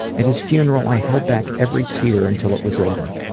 at his funeral, i held back every tear until it was over.